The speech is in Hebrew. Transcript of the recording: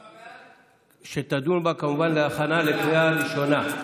חברי כנסת, נגד, 37 חברי כנסת, אין נמנעים.